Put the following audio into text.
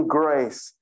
grace